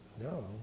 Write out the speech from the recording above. No